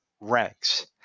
ranks